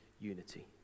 unity